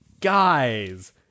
guys